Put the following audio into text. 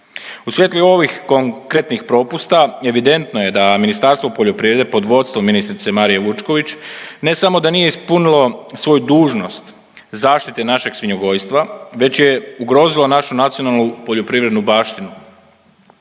U svjetlu ovih konkretnih propusta evidentno je da Ministarstvo poljoprivrede pod vodstvom ministrice Marije Vučković ne samo da nije ispunilo svoju dužnost zaštite našeg svinjogojstva već je ugrozilo našu nacionalnu poljoprivrednu baštinu.